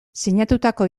sinatutako